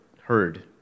heard